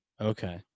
Okay